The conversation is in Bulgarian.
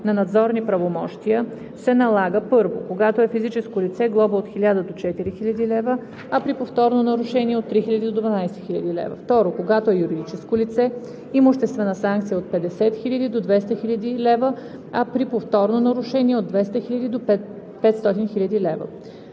на надзорни правомощия, се налага: 1. когато е физическо лице – глоба от 1000 до 4000 лв., а при повторно нарушение – от 3000 до 12 000 лв.; 2. когато е юридическо лице – имуществена санкция от 50 000 до 200 000 лв., а при повторно нарушение – от 200 000 до 500 000 лв.“